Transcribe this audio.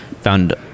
found